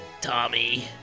Tommy